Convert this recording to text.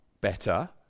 better